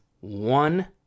one